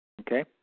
Okay